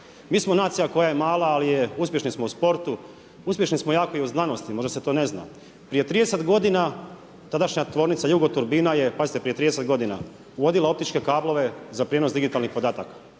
Mi smo nacija koja je mala ali je, uspješni smo u sportu, uspješni smo jako i u znanosti, možda se to ne zna. Prije 30 godina tadašnja tvornica Jugoturbina je, pazite prije 30 godina uvodila optičke kablove za prijenos digitalnih podataka